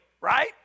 right